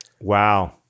Wow